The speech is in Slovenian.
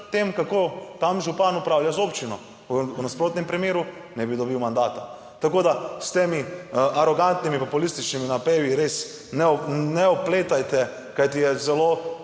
kako tam župan upravlja z občino, v nasprotnem primeru ne bi dobil mandata, tako da s temi arogantnimi populističnimi napevi res ne vpletajte, kajti je zelo